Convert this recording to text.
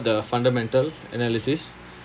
the fundamental analysis